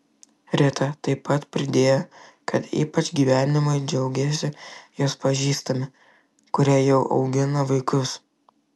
rita taip pat pridėjo kad ypač gyvenimu džiaugiasi jos pažįstami kurie jau augina vaikus